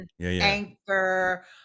Anchor